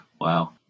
Wow